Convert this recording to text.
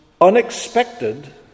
unexpected